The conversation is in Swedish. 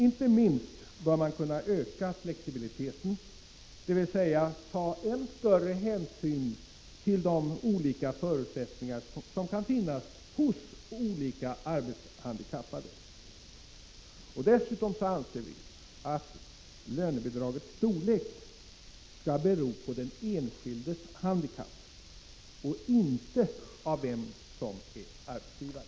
Inte minst bör man kunna öka flexibiliteten, dvs. ta än större hänsyn till de olika förutsättningar som kan finnas hos olika arbetshandikappade. Dessutom anser vi att lönebidragets storlek skall bero på den enskildes handikapp och inte av vem som är arbetsgivare.